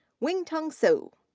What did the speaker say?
wing tung so